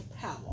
power